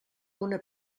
una